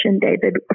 David